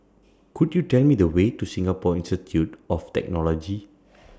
Could YOU Tell Me The Way to Singapore Institute of Technology